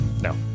no